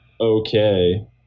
okay